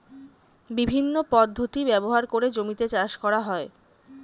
বিভিন্ন পদ্ধতি ব্যবহার করে জমিতে চাষ করা হয়